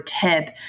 tip